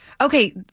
Okay